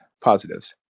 Positives